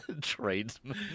Tradesman